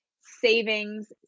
savings